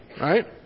right